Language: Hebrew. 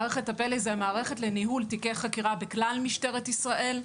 זו מערכת לניהול תיקי חקירה בכלל משטרת ישראל.